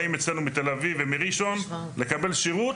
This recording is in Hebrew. באים אצלנו מתל אביב או מראשון לקבל שירות,